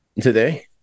today